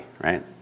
right